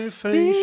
face